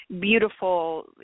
beautiful